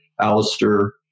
Alistair